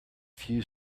few